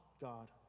God